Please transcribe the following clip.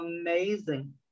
amazing